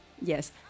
Yes